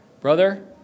brother